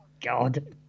God